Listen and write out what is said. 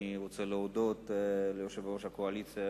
אני רוצה להודות ליושב-ראש הקואליציה,